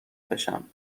بشم